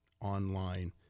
online